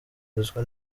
ruswa